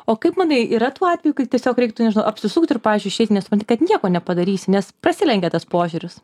o kaip manai yra tų atvejų kai tiesiog reiktų apsisukt ir pavyzdžiui išeit nes supranti kad nieko nepadarysi nes prasilenkia tas požiūris